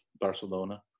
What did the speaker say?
Barcelona